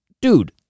dude